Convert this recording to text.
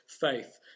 faith